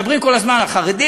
מדברים כל הזמן על חרדים,